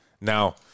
Now